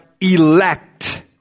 elect